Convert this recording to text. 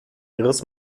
ihres